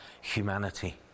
humanity